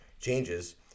changes